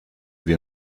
wir